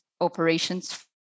operations